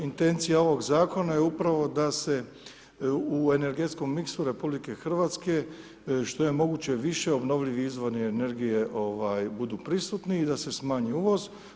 Intencija ovog zakona je upravo da se u energetskom mixu RH što je moguće više obnovljivih izvora energije budu prisutni i da se smanji uvoz.